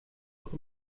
auch